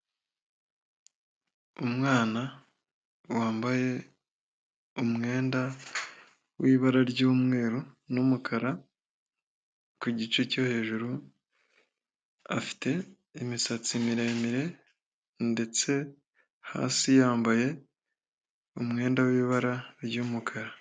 Umwana wambaye umwenda w'ibara ry'umweru n'umukara, ku gice cyo hejuru afite imisatsi miremire, ndetse hasi yambaye umwenda w'ibara ry'umukara.